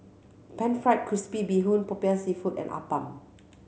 Pan Fried Crispy Bee Hoon Popiah Seafood and appam